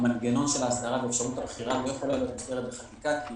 המנגנון של ההסדרה ואפשרות הבחירה לא יכולה להיות מוסדרת בחקיקה כי